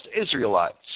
Israelites